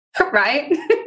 Right